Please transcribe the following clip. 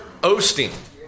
Osteen